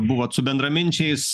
buvot su bendraminčiais